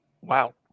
wow